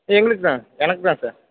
எங்களுக்கு தான் எனக்கு தான் சார்